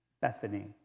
Bethany